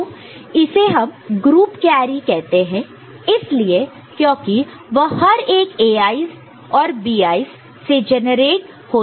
तो इसे हम ग्रुप कैरी कहते हैं इसलिए क्योंकि वह हर एक Ai's और Bi's से जनरेट होता है